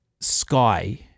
Sky